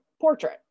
portrait